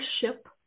ship